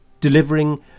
delivering